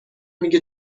میگه